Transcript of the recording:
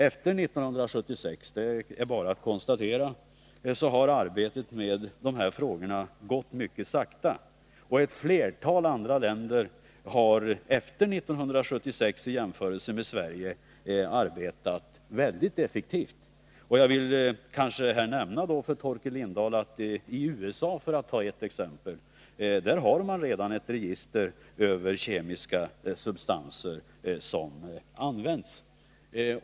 Efter 1976 har arbetet med dessa frågor gått mycket sakta — det är bara att konstatera detta. Ett flertal andra länder har efter 1976 i jämförelse med Sverige arbetat mycket effektivt. Jag vill nämna för Torkel Lindahl att i USA — för att ta ett exempel — har man redan ett register över kemiska substanser, ett register som används.